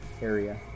area